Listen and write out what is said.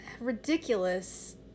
ridiculous